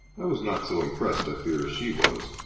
i was not so impressed, i fear, as she was.